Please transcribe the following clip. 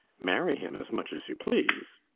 marry him as much as you please